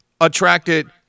attracted